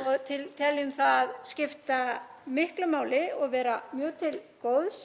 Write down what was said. og teljum það skipta miklu máli og vera mjög til góðs